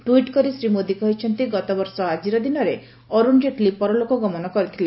tweet କରି ଶ୍ରୀ ମୋଦି କହିଛନ୍ତି ଗତବର୍ଷ ଆଜିର ଦିନରେ ଅରୁଣ ଜେଟ୍ଲୀ ପରଲୋକ ଗମନ କରିଥିଲେ